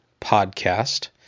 Podcast